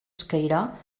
escairar